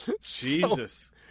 Jesus